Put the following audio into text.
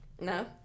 No